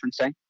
referencing